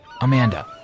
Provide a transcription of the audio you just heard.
Amanda